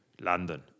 London